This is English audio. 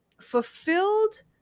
fulfilled